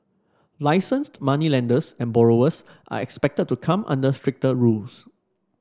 licensed moneylenders and borrowers are expected to come under stricter rules